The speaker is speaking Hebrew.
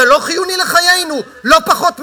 זה לא חיוני לחיינו לא פחות מ"הדסה"?